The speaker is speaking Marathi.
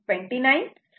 39 असे येईल